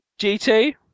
GT